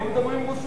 פה מדברים רוסית.